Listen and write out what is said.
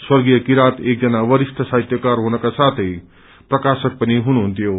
स्वर्गीय किरात एकजना वरिष्ट साहित्यकार हुन साथै प्रकाशक पनि हुनुहुन्थ्यो